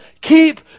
keep